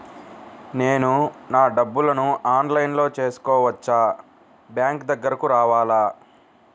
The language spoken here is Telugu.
నేను నా డబ్బులను ఆన్లైన్లో చేసుకోవచ్చా? బ్యాంక్ దగ్గరకు రావాలా?